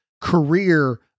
career